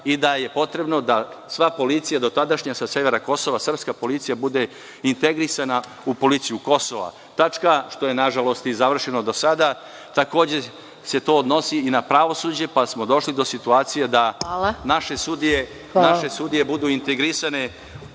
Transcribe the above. i da je potrebno da sva dotadašnja policija sa severa Kosova, srpska policija bude integrisana u policiju kosova, što je nažalost završeno i sada. Takođe se to odnosi i na pravosuđe pa smo došli do situacije da naše sudije budu integrisane…